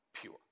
pure